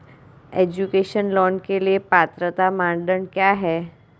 Education loan के लिए पात्रता मानदंड क्या है?